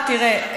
תראה,